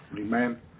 Amen